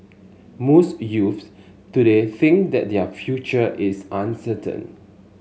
most youths today think that their future is uncertain